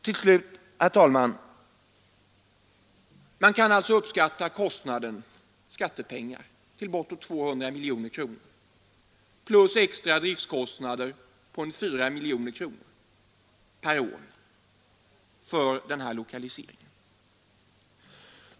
Till slut, herr talman: Man kan alltså uppskatta kostnaden till bortåt 200 miljoner kronor — som skall tas av skattepengar — plus extra driftkostnader på 4 miljoner kronor per år för denna lokalisering.